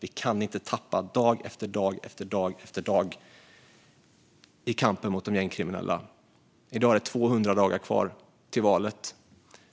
Vi kan inte tappa dag efter dag i kampen mot de gängkriminella. I dag är det 200 dagar kvar till valet.